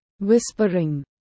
Whispering